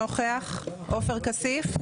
עופר כסיף?